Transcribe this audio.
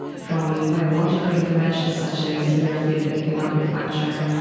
from biological interventions such as neurofeedback and acupuncture,